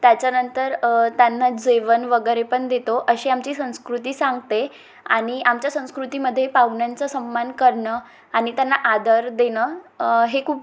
त्याच्यानंतर त्यांना जेवण वगैरे पण देतो अशी आमची संस्कृती सांगते आणि आमच्या संस्कृतीमध्ये पाहुण्याचा सम्मान करणं आणि त्यांना आदर देणं हे खूप